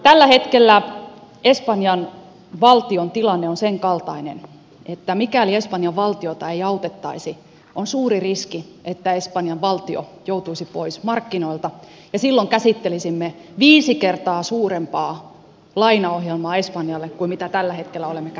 tällä hetkellä espanjan valtion tilanne on senkaltainen että mikäli espanjan valtiota ei autettaisi on suuri riski että espanjan valtio joutuisi pois markkinoilta ja silloin käsittelisimme viisi kertaa suurempaa lainaohjelmaa espanjalle kuin mitä tällä hetkellä olemme käsittelemässä